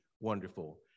wonderful